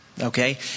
Okay